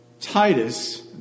Titus